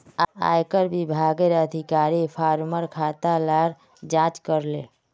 आयेकर विभागेर अधिकारी फार्मर खाता लार जांच करले